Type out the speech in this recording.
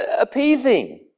appeasing